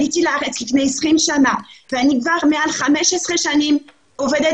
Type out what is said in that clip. עליתי לארץ לפני 20 שנה ואני כבר מעל 15 שנים עובדת